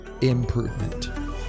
improvement